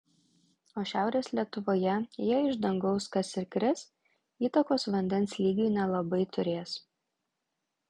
o šiaurės lietuvoje jei iš dangaus kas ir kris įtakos vandens lygiui nelabai turės